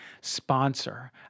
sponsor